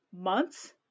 months